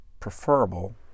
preferable